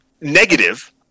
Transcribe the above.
negative